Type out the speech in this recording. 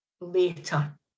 later